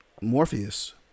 morpheus